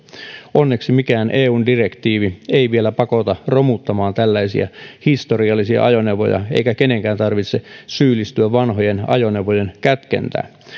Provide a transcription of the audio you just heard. onneksi mikään eun direktiivi ei vielä pakota romuttamaan tällaisia historiallisia ajoneuvoja eikä kenenkään tarvitse syyllistyä vanhojen ajoneuvojen kätkentään